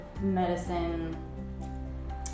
medicine